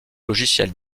logiciels